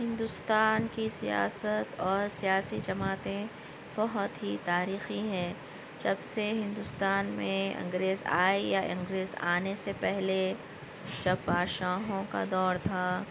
ہندوستان کی سیاست اور سیاسی جماعتیں بہت ہی تاریخی ہیں جب سے ہندوستان میں انگریز آئے یا اںگریز آنے سے پہلے جب بادشاہوں کا دور تھا